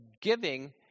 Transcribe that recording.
giving